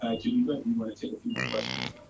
ah geneva, you wanna take a few more questions?